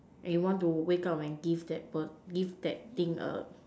and you want to wake up and give that per~ give that thing a